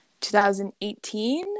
2018